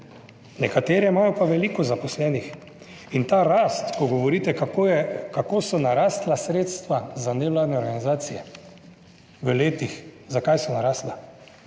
Nekatere imajo pa veliko zaposlenih in ta rast, ko govorite, kako je, kako so narasla sredstva za nevladne organizacije v letih. Zakaj so narasla?